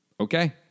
Okay